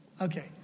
Okay